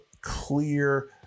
clear